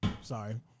Sorry